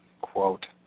quote